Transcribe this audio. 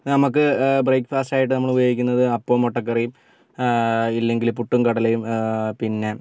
നമുക്ക് breakfast ആയിട്ട് നമ്മൾ ഉപയോഗിക്കുന്നത് അപ്പവും മുട്ടക്കറിയും ഇല്ലെങ്കിൽ പുട്ടും കടലയും